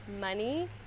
money